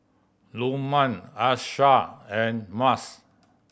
Lukman Aishah and Mas